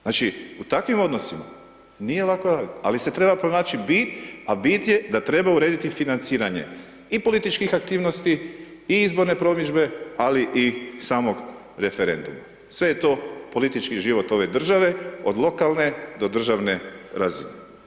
Znači u takvim odnosima nije lako raditi, ali se treba pronaći bit, a bit je da treba urediti financiranje i političkih aktivnosti i izborne promidžbe ali i samog referenduma, sve je to politički život ove države od lokalne do državne razine.